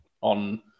on